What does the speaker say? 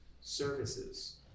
services